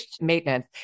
maintenance